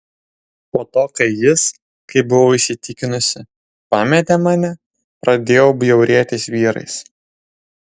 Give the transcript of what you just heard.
po to kai jis kaip buvau įsitikinusi pametė mane pradėjau bjaurėtis vyrais